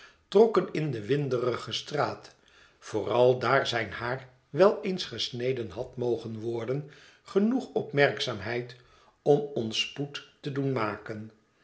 in de winderige straat vooral daar zijn haar wel eens gesneden had mogen worden genoeg opmerkzaamheid om ons spoed te doen maken